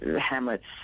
Hamlet's